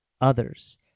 others